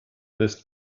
lässt